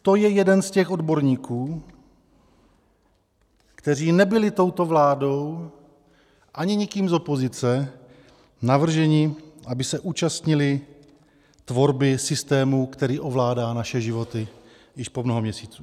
To je jeden z těch odborníků, kteří nebyli touto vládou ani nikým z opozice navrženi, aby se účastnili tvorby systému, který ovládá naše životy již po mnoho měsíců.